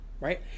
Right